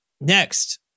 Next